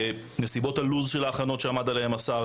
נסיבות הלו"ז של ההכנות שעמד עליהן סגן השר,